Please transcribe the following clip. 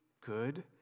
good